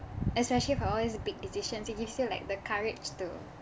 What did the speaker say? especially for all these big decisions it gives you like the courage to